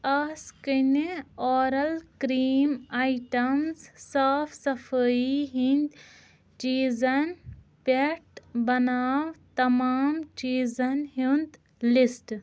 آ سکٕنہِ آرَل کرٛیٖم آیٹمٕز صاف صفٲیی ہِنٛدۍ چیٖزن پٮ۪ٹھ بناو تمام چیٖزن ہیٛونٛد لسٹہٕ